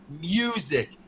music